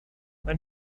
then